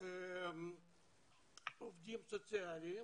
מהעובדים הסוציאליים